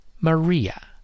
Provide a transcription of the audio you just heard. Maria